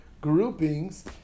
groupings